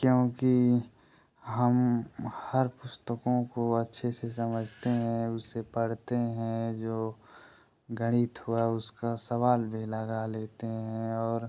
क्योंकि हम हर पुस्तकों को अच्छे से समझते हैं उसे पढ़ते हैं जो गणित हुआ उसका सवाल भी लगा लेते हैं और